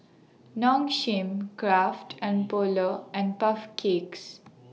Nong Shim Kraft and Polar and Puff Cakes